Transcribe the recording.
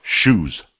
Shoes